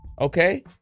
Okay